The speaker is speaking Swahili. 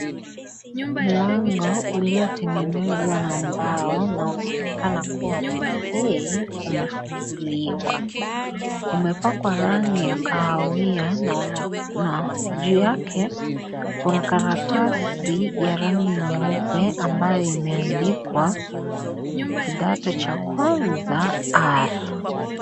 Mlango uliotengenezwa na mbao na unaonekana kuwa mzee umefunguliwa. Umepakwa rangi ya kahawia na juu yake, kuna karatasi ya rangi nyeupe ambayo imeandikwa, kidato cha kwanza R.